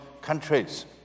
countries